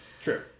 true